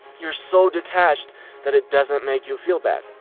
you're so detached that it doesn't make you feel bad.